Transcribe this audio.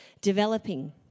developing